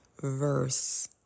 verse